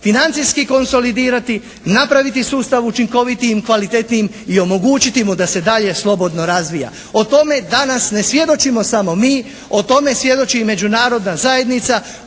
Financijski konsolidirati, napraviti sustav učinkovitijim i kvalitetnijim i omogućiti mu da se dalje slobodno razvija. O tome danas ne svjedočimo samo mi. O tome svjedoči i međunarodna zajednica